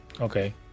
Okay